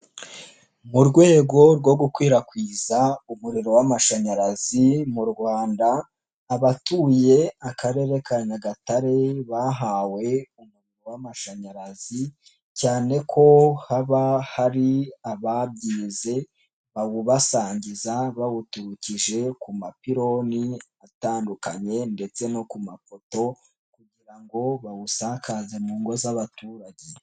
Mu rwego rwo gukwirakwiza umuriro w'amashanyarazi mu Rwanda abatuye Akarere ka Nyagatare bahawe umuriro w'amashanyarazi cyane ko haba hari ababyize bawubasangiza bawuturukije ku mapironi atandukanye ndetse no ku mafoto kugira ngo bawusakaze mu ngo z'abaturage.